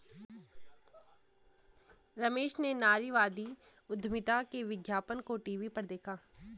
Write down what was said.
रमेश ने नारीवादी उधमिता के विज्ञापन को टीवी पर देखा